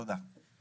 תודה.